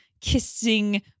kissing